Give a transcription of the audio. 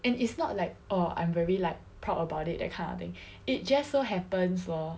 and it's not like orh I'm very like proud about it that kind of thing it just so happens lor